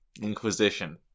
inquisition